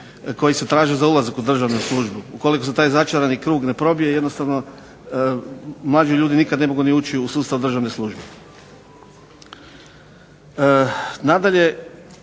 koji se traže za ulazak u državnu službu. Ukoliko se taj začarani krug ne probije jednostavno mlađi ljudi nikad ne mogu ni ući u sustav državne službe. Nadalje,